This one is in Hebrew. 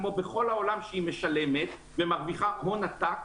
כמו בכל העולם שהיא משלמת ומרוויחה הון עתק,